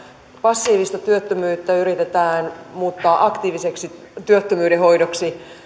passiivista työttömyyttä yritetään muuttaa aktiiviseksi työttömyyden hoidoksi